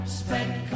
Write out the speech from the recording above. spent